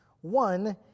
One